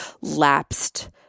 lapsed